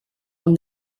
will